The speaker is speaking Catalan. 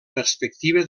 perspectiva